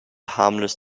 harmless